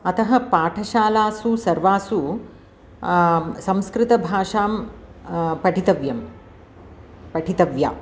अतः पाठशालासु सर्वासु संस्कृतभाषां पठितव्यं पठितव्या